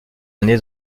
années